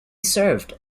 served